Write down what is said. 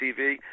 TV